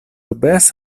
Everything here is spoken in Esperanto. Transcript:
obeas